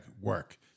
work